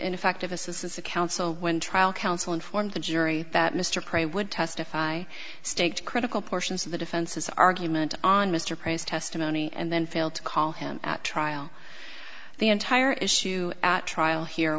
ineffective assistance of counsel when trial counsel informed the jury that mr prey would testify staked critical portions of the defense's argument on mr price testimony and then failed to call him at trial the entire issue at trial here